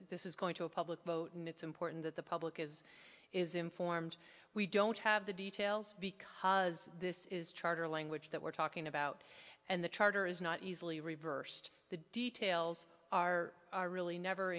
this is going to a public vote and it's important that the public is is informed we don't have the details because this is charter language that we're talking about and the charter is not easily reversed the details are really never